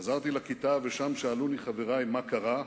חזרתי לכיתה ושם שאלוני חברי מה קרה,